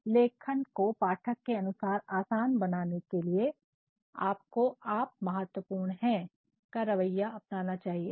इसलिए लेखन को पाठक के अनुसार आसान बनाने के लिए आपको 'यू ऐटिटूड ' का रवैया अपनाना चाहिए